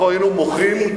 אנחנו היינו מוחים,